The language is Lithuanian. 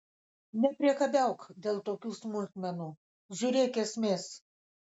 nepriekabiauk dėl tokių smulkmenų žiūrėk esmės